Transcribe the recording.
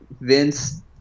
Vince